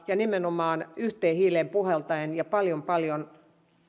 ja nimenomaan yhteen hiileen puhaltaen ja paljon paljon